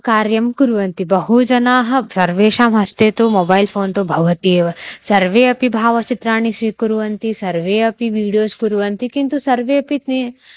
कार्यं कुर्वन्ति बहु जनाः सर्वेषाम् हस्ते तु मोबैल् फ़ोन् तु भवति एव सर्वे अपि भावचित्राणि स्वीकुर्वन्ति सर्वे अपि वीडियोस् कुर्वन्ति किन्तु सर्वेपि ते